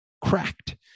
cracked